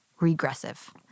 regressive